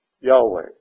Yahweh